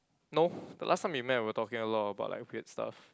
no the last time we met we were talking a lot about like weird stuff